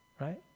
right